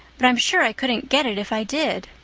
but i'm sure i couldn't get it if i did.